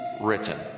written